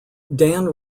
dan